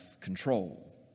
control